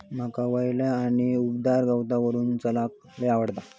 माका वल्या आणि उबदार गवतावरून चलाक लय आवडता